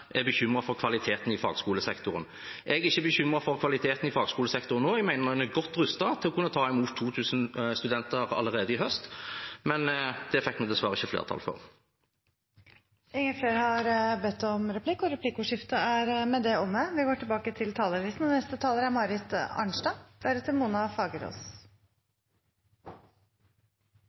er man bekymret for kvaliteten i fagskolesektoren. Jeg er ikke bekymret for kvaliteten i fagskolesektoren, jeg mener en er godt rustet til å kunne ta imot 2 000 studenter allerede i høst, men det fikk vi dessverre ikke flertall for. Replikkordskiftet er omme. Kompetanseutvikling har stor verdi for den enkelte, og det er en nødvendighet i et arbeidsliv med